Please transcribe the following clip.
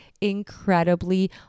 incredibly